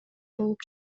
болуп